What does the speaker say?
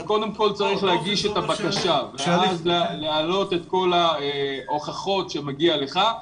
אתה קודם כל צריך להגיש את הבקשה ואז להעלות את כל ההוכחות שמגיע לך.